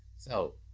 so